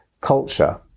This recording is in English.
culture